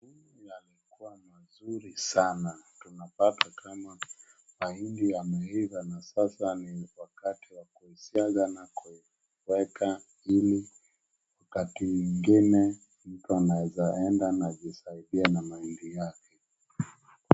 Mahindi yalikuwa mazuri sana. Tunapata kama mahindi yameiva na sasa ni wakati wa kusiaga na kuweka ili wakati ingine mtu anaeza enda na ajisagie na mahindi yake.